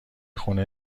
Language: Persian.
خونه